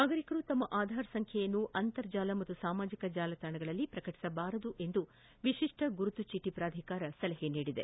ನಾಗರಿಕರು ತಮ್ಮ ಆಧಾರ್ ಸಂಖ್ಯೆಯನ್ನು ಅಂತರ್ಜಾಲ ಮತ್ತು ಸಾಮಾಜಿಕ ಜಾಲತಾಣಗಳಲ್ಲಿ ಪ್ರಕಟಿಸಬಾರದು ಎಂದು ವಿಶಿಷ್ಣ ಗುರುತು ಚೀಟಿ ಪ್ರಾಧಿಕಾರ ಸಲಹೆ ನೀಡಿದೆ